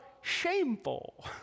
shameful